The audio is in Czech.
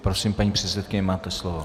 Prosím, paní předsedkyně, máte slovo.